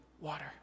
water